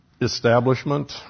establishment